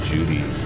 Judy